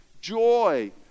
joy